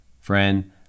Friend